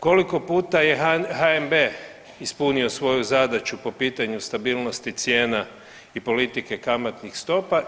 Koliko puta je HNB ispunio svoju zadaću po pitanju stabilnosti cijena i politike kamatnih stopa?